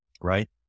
right